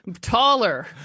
taller